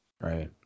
right